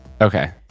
Okay